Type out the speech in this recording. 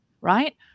right